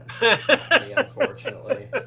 unfortunately